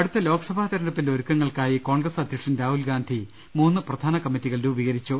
അടുത്ത ലോക്സഭാ തെരഞ്ഞെടുപ്പിന്റെ ഒരുക്കങ്ങൾക്കായി കോൺഗ്രസ് അധ്യക്ഷൻ രാഹുൽഗാന്ധി മൂന്ന് പ്രധാനകമ്മിറ്റി കൾ രൂപീകരിച്ചു